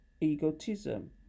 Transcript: egotism